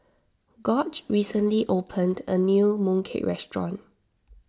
Gorge recently opened a new Mooncake restaurant